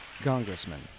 congressman